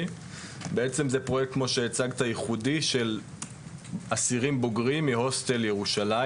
בעצם זה פרויקט ייחודי של אסירים בוגרים מהוסטל ירושלים,